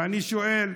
ואני שואל: